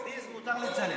סטילס מותר לצלם.